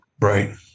Right